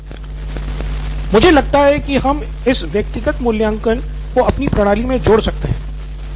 नितिन कुरियन मुझे लगता है कि हम इस व्यक्तिगत मूल्यांकन को अपनी प्रणाली मे जोड़ सकते हैं